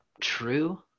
true